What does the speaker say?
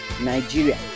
Nigeria